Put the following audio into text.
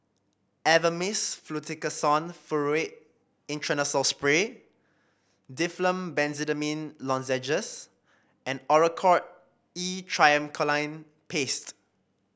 Avamys Fluticasone Furoate Intranasal Spray Difflam Benzydamine Lozenges and Oracort E Triamcinolone Paste